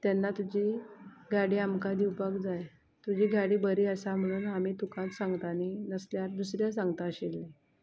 तेन्ना तुजी गाडी आमकां दिवपाक जाय तुजी गाडी बरी आसा म्हणून आमी तुकाच सांगता न्ही नसल्यार दुसऱ्या सांगताशिल्ले